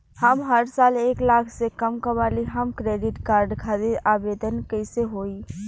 हम हर साल एक लाख से कम कमाली हम क्रेडिट कार्ड खातिर आवेदन कैसे होइ?